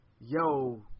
Yo